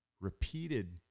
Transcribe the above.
repeated